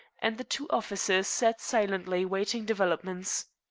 and the two officers sat silently waiting developments.